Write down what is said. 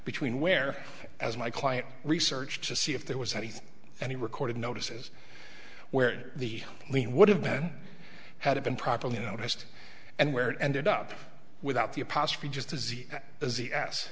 between where as my client research to see if there was anything any recorded notices where the lien would have been had it been properly noticed and where it ended up without the apostrophe just as easy as the